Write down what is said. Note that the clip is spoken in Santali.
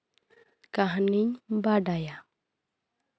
ᱠᱟᱹᱦᱱᱤᱧ ᱵᱟᱰᱟᱭᱟ